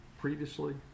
previously